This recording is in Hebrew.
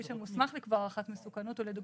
מי שמוסמך לקבוע הערכת מסוכנות,